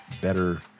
better